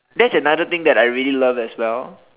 that's another thing that I really love as well